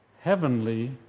heavenly